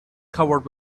covered